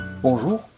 Bonjour